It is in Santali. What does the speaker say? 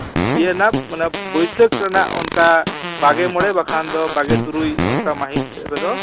ᱤᱭᱟᱹ ᱨᱮᱱᱟᱜ ᱢᱟᱱᱮ ᱵᱟᱹᱭᱥᱟᱹᱠᱷ ᱨᱮᱱᱟᱜ ᱚᱱᱠᱟ ᱵᱟᱜᱮ ᱢᱚᱬᱮ ᱵᱟᱠᱷᱟᱱ ᱫᱚ ᱵᱟᱜᱮ ᱛᱩᱨᱩᱭ ᱚᱱᱠᱟ ᱢᱟᱹᱦᱤᱛ ᱥᱮᱫ ᱨᱮᱫᱚ